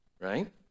right